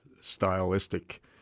stylistic